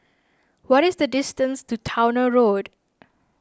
what is the distance to Towner Road